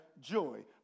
joy